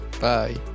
Bye